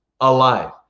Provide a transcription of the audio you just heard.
alive